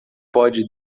pode